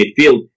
midfield